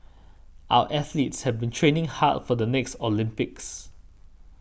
our athletes have been training hard for the next Olympics